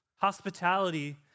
Hospitality